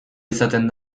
izaten